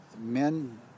men